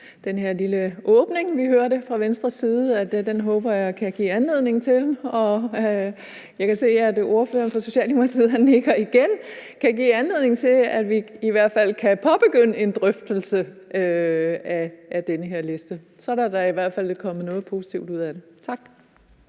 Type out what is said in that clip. den her lille åbning, vi hørte fra Venstres side, og jeg håber, at den kan give anledning til – jeg kan se, at ordføreren for Socialdemokratiet nikker igen – at vi i hvert fald kan påbegynde en drøftelse af den her liste. Så er der da i hvert fald kommet noget positivt ud af det. Tak.